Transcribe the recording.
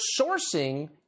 sourcing